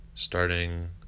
Starting